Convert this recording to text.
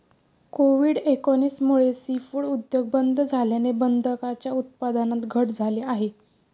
Covid एकोणीस मुळे seafood उद्योग बंद झाल्याने बदकांच्या उत्पादनात घट झाली आहे